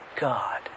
God